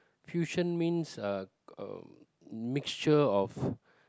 fusion means uh uh mixture of